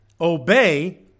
Obey